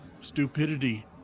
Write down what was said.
stupidity